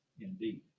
indeed